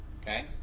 okay